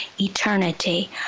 eternity